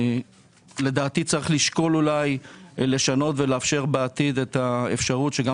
לדעתי צריך לשקול לשנות ולאפשר בעתיד את האפשרות שגם